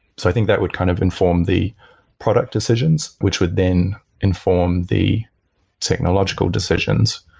so i think that would kind of inform the product decisions which would then inform the technological decisions.